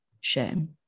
shame